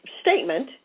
statement